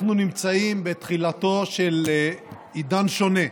אנחנו נמצאים בתחילתו של עידן שונה.